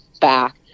back